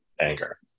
anger